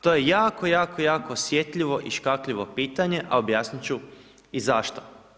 To je jako, jako osjetljivo i škakljivo pitanje a objasniti ću i zašto.